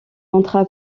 entra